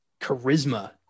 charisma